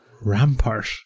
Rampart